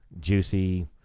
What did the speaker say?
Juicy